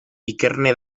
ikerne